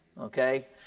okay